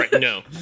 No